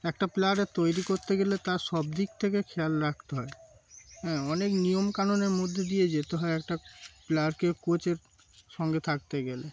একটা প্লেয়ারের তৈরি করতে গেলে তার সব দিক থেকে খেয়াল রাখতে হয় হ্যাঁ অনেক নিয়মকানুনের মধ্যে দিয়ে যেতে হয় একটা প্লেয়ারকে কোচের সঙ্গে থাকতে গেলে